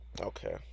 Okay